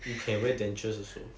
you can wear dentures also